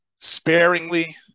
sparingly